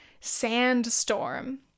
Sandstorm